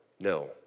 no